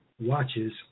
watches